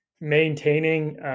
maintaining